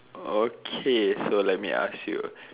okay so let me ask you